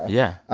yeah.